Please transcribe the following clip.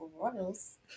royals